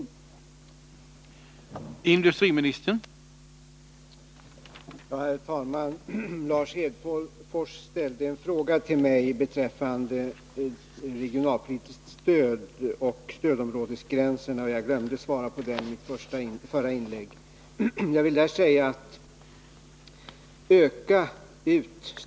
per ton.